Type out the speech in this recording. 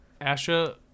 Asha